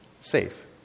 safe